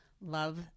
love